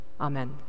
Amen